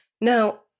Now